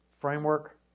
framework